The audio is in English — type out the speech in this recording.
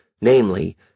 namely